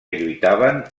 lluitaven